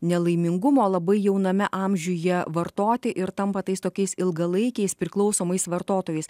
nelaimingumo labai jauname amžiuje vartoti ir tampa tais tokiais ilgalaikiais priklausomais vartotojais